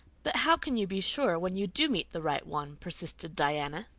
but how can you be sure when you do meet the right one? persisted diana.